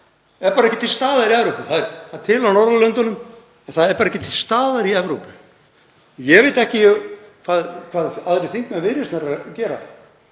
en er ekki til staðar í Evrópu. Það er til á Norðurlöndunum en það er ekki til staðar í Evrópu. Ég veit ekki hvað aðrir þingmenn Viðreisnar gera,